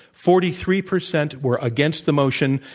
forty three percent were against the motion,